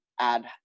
add